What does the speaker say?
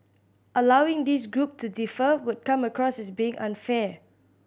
allowing this group to defer would come across as being unfair